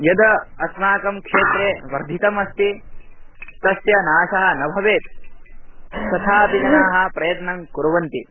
यद् अस्माकं क्षेत्रे वर्धितमस्ति तस्य नाशः न भवेत् तथापि जनाः प्रयत्नं कुर्वन्ति